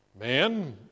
man